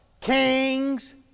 kings